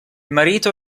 marito